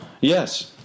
Yes